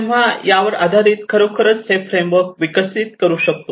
तेव्हा यावर आधारित खरोखर आम्ही हे फ्रेमवर्क विकसित करू शकतो